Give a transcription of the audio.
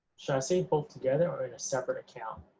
should i save both together or in a separate account?